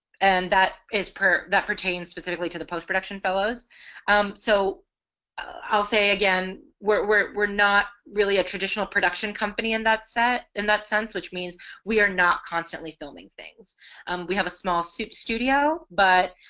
and that is per that pertains specifically to the post production fellows um so i'll say again we're we're not really a traditional production company and that's set in that sense which means we are not constantly filming things we have a small suit studio but